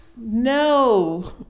No